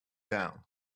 down